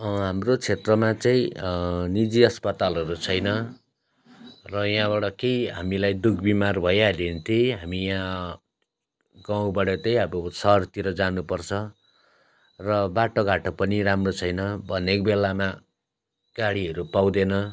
हाम्रो क्षेत्रमा चाहिँ निजी अस्पतालहरू छैन र यहाँबाट केही हामीलाई दुःखबिमार भइहाल्यो भने त्यही हामी यहाँ गाउँबाट त्यही अब सहरतिर जानुपर्छ र बाटोघाटो पनि राम्रो छैन भनेको बेलामा गाडीहरू पाउँदैन